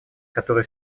которое